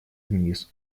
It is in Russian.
вниз